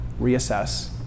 reassess